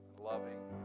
loving